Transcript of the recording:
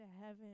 heaven